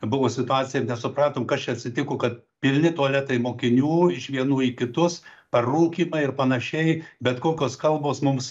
buvo situacija ir nesupratom kas čia atsitiko kad pilni tualetai mokinių iš vienų į kitus parūkymai ir panašiai bet kokios kalbos mums